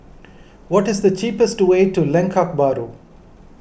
what is the cheapest way to Lengkok Bahru